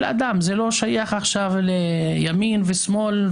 לכן אני חושב שבמכלול יש כאן הצהרות מאוד מאוד קיצוניות.